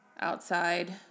outside